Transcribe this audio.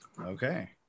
Okay